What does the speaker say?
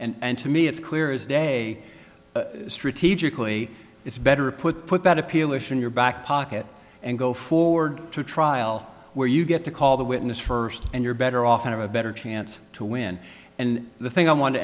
and to me it's clear as day strategically it's better put put that appeal issue in your back pocket and go forward to a trial where you get to call the witness first and you're better off and of a better chance to win and the thing i want to